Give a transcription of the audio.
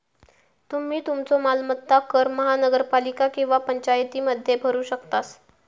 तुम्ही तुमचो मालमत्ता कर महानगरपालिका किंवा पंचायतीमध्ये भरू शकतास